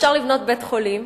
אפשר לבנות בית-חולים,